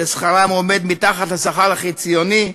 ששכרם עומד מתחת לשכר החציוני,